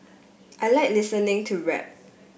I like listening to rap